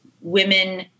women